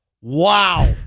Wow